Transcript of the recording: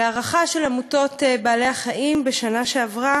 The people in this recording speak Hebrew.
לפי הערכה של עמותות בעלי-החיים בשנה שעברה